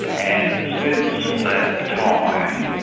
and since that time,